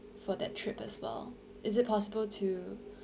for that trip as well is it possible to